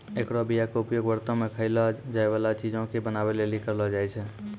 एकरो बीया के उपयोग व्रतो मे खयलो जाय बाला चीजो के बनाबै लेली करलो जाय छै